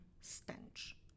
stench